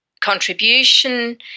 contribution